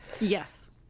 Yes